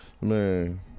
man